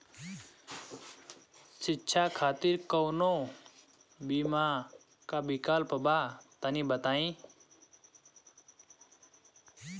शिक्षा खातिर कौनो बीमा क विक्लप बा तनि बताई?